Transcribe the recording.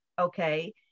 Okay